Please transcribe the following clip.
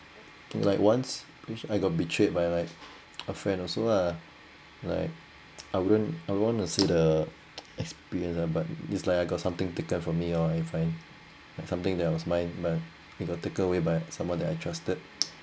like once which I got betrayed by like a friend also lah like I wouldn't I wouldn't to say the experience lah but it's like I got something taken from me lor I find something that was mine but it got taken away by someone I trusted